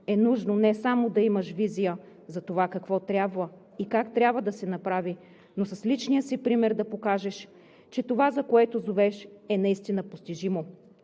е нужно не само да имаш визия за това какво трябва и как трябва да се направи, но с личния си пример да покажеш, че това, за което зовеш, е наистина постижимо,